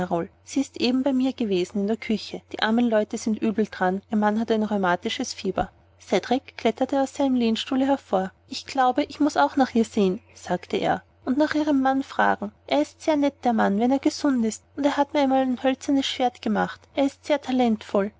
sie ist eben bei mir gewesen in der küche die armen leute sind übel daran ihr mann hat ein rheumatisches fieber cedrik kletterte aus seinem lehnstuhle hervor ich glaube ich muß auch nach ihr sehen sagte er und nach ihrem manne fragen er ist sehr nett der mann wenn er gesund ist und hat mir einmal ein hölzernes schwert gemacht er ist sehr talentvoll